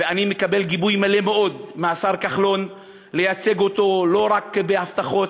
ואני מקבל גיבוי מלא מהשר כחלון לייצג אותו לא רק בהבטחות,